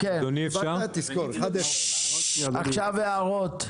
עכשיו הערות.